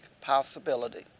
possibility